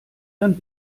dann